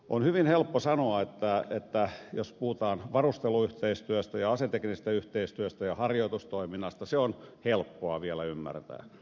on hyvin helppo sanoa että jos puhutaan varusteluyhteistyöstä ja aseteknisestä yhteistyöstä ja harjoitustoiminnasta se on helppoa vielä ymmärtää